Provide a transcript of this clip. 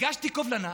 הגשתי קובלנה.